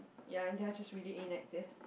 ya and they're just really inactive